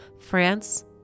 France